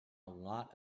lot